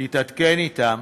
תתעדכן אצלם,